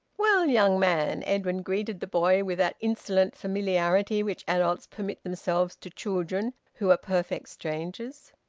well, young man! edwin greeted the boy with that insolent familiarity which adults permit themselves to children who are perfect strangers.